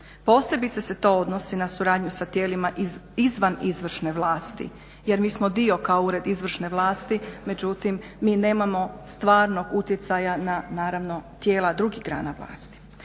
Posebice se to odnosi na suradnju sa tijelima izvan izvršne vlasti, jer mi smo dio kao Ured izvršne vlasti. Međutim, mi nemamo stvarnog utjecaja na naravno tijela drugih grana vlasti.